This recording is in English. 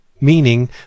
meaning